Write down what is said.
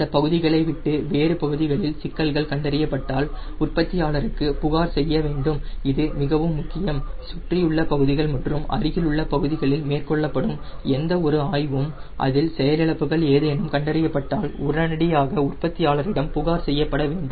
இந்த பகுதிகளை விட்டு வேறு பகுதிகளில் சிக்கல்கள் கண்டறியப்பட்டால் உற்பத்தியாளருக்கு புகார் செய்ய வேண்டும் இது மிகவும் முக்கியம் சுற்றியுள்ள பகுதிகள் மற்றும் அருகிலுள்ள பகுதிகளில் மேற்கொள்ளப்படும் எந்த ஒரு ஆய்வும் அதில் செயலிழப்புகள் ஏதேனும் கண்டறியப்பட்டால் உடனடியாக உற்பத்தியாளரிடம் புகார் செய்யப்படவேண்டும்